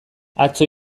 atzo